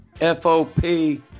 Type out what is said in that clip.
FOP